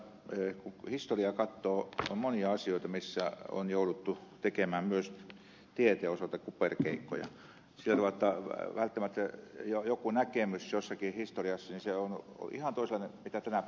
kun historiaa katsoo on monia asioita missä on jouduttu tekemään myös tieteen osalta kuperkeikkoja sillä tavalla että joku näkemys jossakin historiassa on ollut ihan toisenlainen kuin tänä päivänä